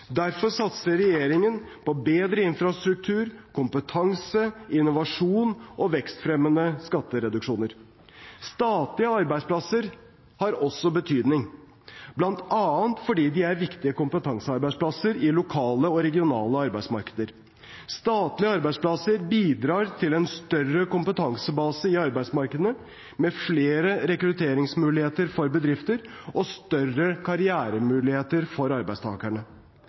Derfor satser regjeringen på bedre infrastruktur, kompetanse, innovasjon og vekstfremmende skattereduksjoner. Statlige arbeidsplasser har også betydning, bl.a. fordi de er viktige kompetansearbeidsplasser i lokale og regionale arbeidsmarkeder. Statlige arbeidsplasser bidrar til en større kompetansebase i arbeidsmarkedene, med flere rekrutteringsmuligheter for bedrifter og større karrieremuligheter for arbeidstakerne.